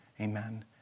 Amen